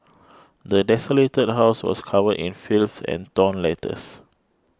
the desolated house was covered in filth and torn letters